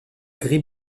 gris